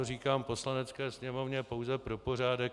Říkám to Poslanecké sněmovně pouze pro pořádek.